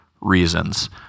reasons